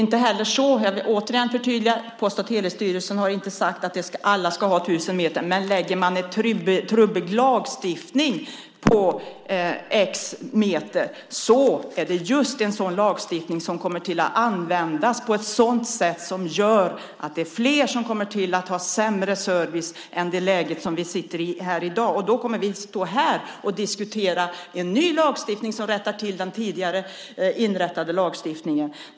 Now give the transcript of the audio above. Återigen vill jag förtydliga att Post och telestyrelsen inte har sagt att alla ska ha 1 000 meter till brevlådan, men har man en trubbig lagstiftning om ett visst antal meter kommer den att kunna användas på ett sådant sätt att fler kommer att ha sämre service än i dag. Då kommer vi att stå här och diskutera en ny lagstiftning som rättar till den tidigare inrättade lagstiftningen.